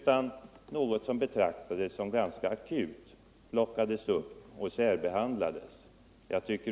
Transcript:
En fråga som betraktades som ganska akut plockades upp och särbehandlades.